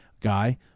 guy